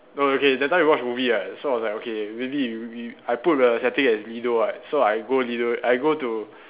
no okay that time we watch movie right so I was like okay really we I put the setting as Lido right so I go Lido I go to